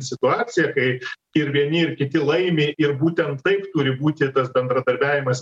situacija kai ir vieni ir kiti laimi ir būtent taip turi būti tas bendradarbiavimas